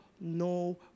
no